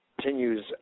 continues